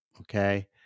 okay